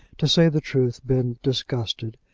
to say the truth, been disgusted.